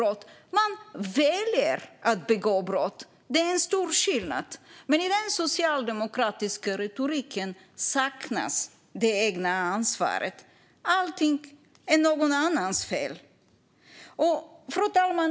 Man väljer att begå brott. Det är en stor skillnad, men i den socialdemokratiska retoriken saknas det egna ansvaret. Allting är någon annans fel. Fru talman!